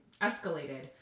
escalated